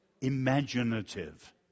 imaginative